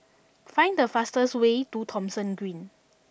find the fastest way to Thomson Green